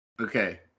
Okay